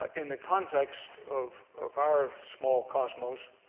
ah in the context of of our small cosmos,